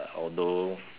although